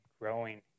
growing